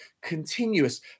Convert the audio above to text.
continuous